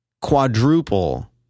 quadruple